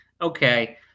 okay